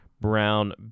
Brown